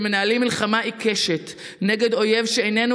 שמנהלים מלחמה עיקשת נגד אויב שאיננו